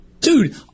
Dude